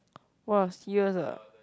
!wah! serious ah